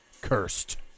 Cursed